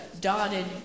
dotted